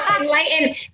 enlighten